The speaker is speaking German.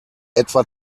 etwa